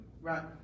Right